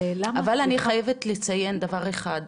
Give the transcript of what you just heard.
אבל אני חייבת לציין דבר אחד,